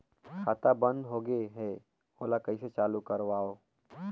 खाता बन्द होगे है ओला कइसे चालू करवाओ?